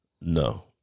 No